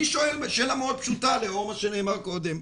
אני שואל שאלה מאוד פשוטה לאור מה שנאמר קודם.